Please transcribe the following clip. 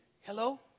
Hello